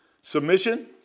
Submission